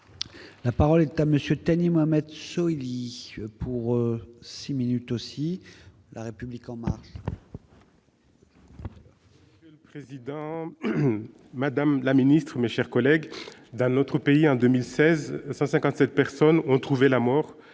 La parole est à monsieur Thani Mohamed pour 6 minutes aussi la République en marche. Président Madame la Ministre, mes chers collègues, dans notre pays en 2016, 157 personnes ont trouvé la mort,